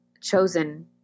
chosen